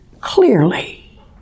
clearly